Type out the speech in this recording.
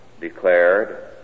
declared